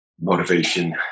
motivation